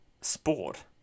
Sport